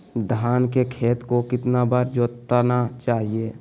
धान के खेत को कितना बार जोतना चाहिए?